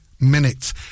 minutes